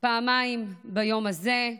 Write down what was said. פעמיים ביום הזה: